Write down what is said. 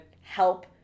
help